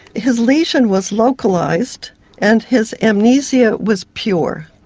his lesion was localised, and his amnesia was pure.